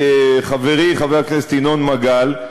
וחברי חבר הכנסת ינון מגל,